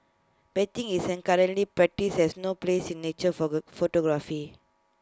baiting as IT is currently practised has no place in nature photography